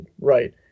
right